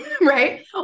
right